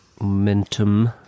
Momentum